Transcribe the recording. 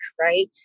right